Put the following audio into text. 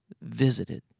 visited